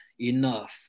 enough